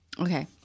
Okay